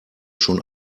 schon